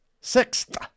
sixth